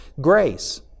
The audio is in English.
grace